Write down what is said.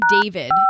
David